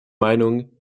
meinung